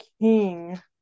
King